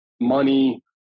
Money